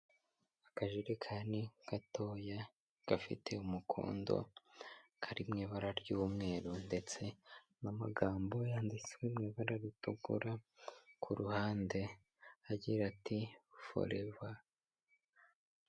Akajerekani gatoya gafite umukondo, kari mu ibara ry'umweru ndetse n'amagambo yanditswe mu ibara ritukura ku ruhande agira ati foreva.